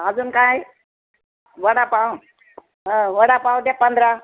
अजून काय वडापाव हो वडापाव द्या पंधरा